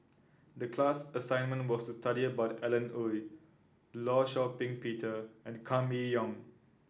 the class assignment was to study about Alan Oei Law Shau Ping Peter and Kam Me Yong